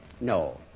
No